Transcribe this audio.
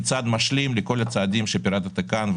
כצעד משלים לכל הצעדים שפירטת כאן,